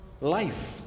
life